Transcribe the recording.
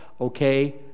okay